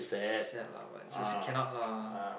sad lah but just cannot lah